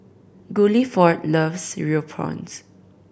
Guilford loves Cereal Prawns